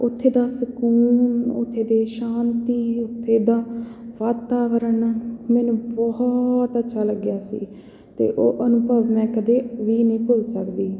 ਉੱਥੇ ਦਾ ਸਕੂਨ ਉੱਥੇ ਦੀ ਸ਼ਾਂਤੀ ਉੱਥੇ ਦਾ ਵਾਤਾਵਰਨ ਮੈਨੂੰ ਬਹੁਤ ਅੱਛਾ ਲੱਗਿਆ ਸੀ ਅਤੇ ਉਹ ਅਨੁਭਵ ਮੈਂ ਕਦੇ ਵੀ ਨਹੀਂ ਭੁੱਲ ਸਕਦੀ